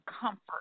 comfort